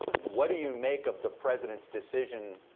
what do you make of the president's decision,